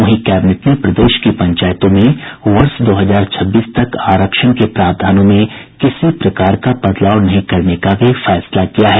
वहीं कैबिनेट ने प्रदेश की पंचायतों में वर्ष दो हजार छब्बीस तक आरक्षण के प्रावधानों में किसी प्रकार का बदलाव नहीं करने का भी फैसला किया है